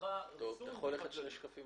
צריכה ריסון, צריכה כללים.